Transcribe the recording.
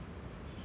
uh no